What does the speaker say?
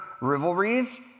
rivalries